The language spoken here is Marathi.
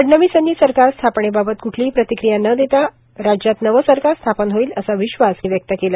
फडणवीस यांनी सरकार स्थापणे बाबत क्ठलीही प्रतिक्रिया न देता महाराष्ट्रात नवं सरकार स्थापन होईल असा विश्वास व्यक्त केला